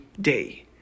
day